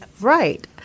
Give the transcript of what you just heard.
Right